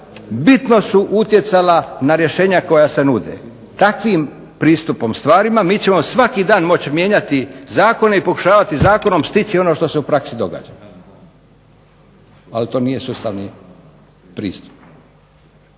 bitno su utjecala na rješenja koja se nude. Takvim pristupom stvarima mi ćemo svaki dan moći mijenjati zakona i pokušavati zakonom stići ono što se u praksi događa. Ali to nije sustavni pristup.